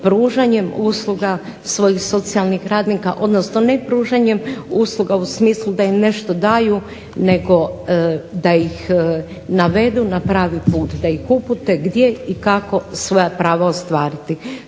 pružanjem usluga svojih socijalnih radnika, odnosno nepružanjem usluga u smislu da im nešto daju, nego da ih navedu na pravi put, da ih upute gdje i kako svoja prava ostvariti.